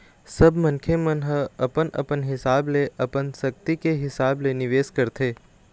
सब मनखे मन ह अपन अपन हिसाब ले अपन सक्ति के हिसाब ले निवेश करथे